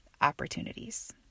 opportunities